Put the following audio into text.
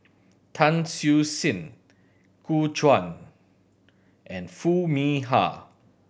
Tan Siew Sin Gu Juan and Foo Mee Har